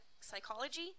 psychology